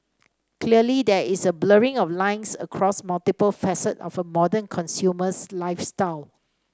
clearly there is a blurring of lines across multiple facets of a modern consumer's lifestyle